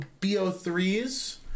BO3s